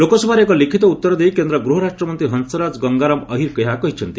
ଲୋକସଭାରେ ଏକ ଲିଖିତ ଉତ୍ତର ଦେଇ କେନ୍ଦ୍ର ଗୃହ ରାଷ୍ଟ୍ରମନ୍ତ୍ରୀ ହଂସରାଜ ଗଙ୍ଗାରାମ ଅହିର ଏହା କହିଛନ୍ତି